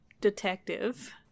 detective